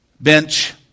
bench